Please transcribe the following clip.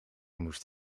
moest